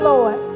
Lord